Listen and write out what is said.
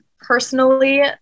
personally